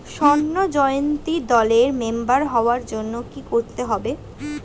স্বর্ণ জয়ন্তী দলের মেম্বার হওয়ার জন্য কি করতে হবে?